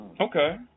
Okay